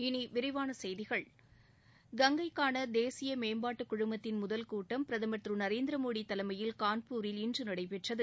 இனி விரிவான செய்திகள் கங்கைக்கான தேசிய மேம்பாட்டுக் குழுமத்தின் முதல் கூட்டம் பிரதமர் திரு நரேந்திரமோடி தலைமையில் கான்பூரில் இன்று நடைபெற்றது